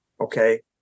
okay